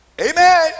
Amen